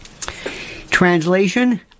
Translation